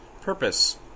purpose